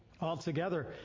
altogether